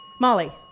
Molly